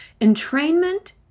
Entrainment